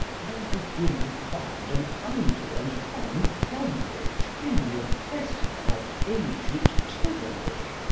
i begin to find an idle and fond bondage in the oppression of aged tyranny,